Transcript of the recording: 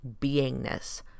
beingness